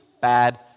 bad